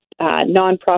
nonprofit